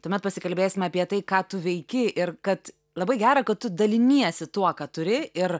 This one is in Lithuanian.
tuomet pasikalbėsime apie tai ką tu veiki ir kad labai gera kad tu daliniesi tuo ką turi ir